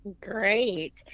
Great